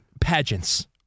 pageants